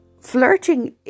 flirting